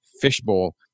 Fishbowl